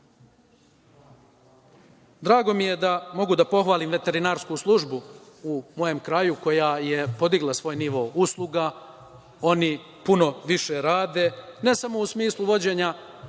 mi je da mogu da pohvalim veterinarsku službu u mom kraju koja je podigla svoj nivo usluga. Oni puno više rade, ne samo u smislu vođenja